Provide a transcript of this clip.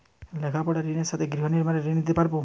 লেখাপড়ার ঋণের সাথে গৃহ নির্মাণের ঋণ নিতে পারব?